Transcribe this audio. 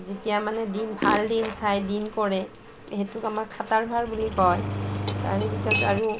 যেতিয়া মানে দিন ভাল দিন চাই দিন কৰে সেইটোক আমাৰ খাটাৰ ভাৰ বুলি কয় তাৰেপিছত আৰু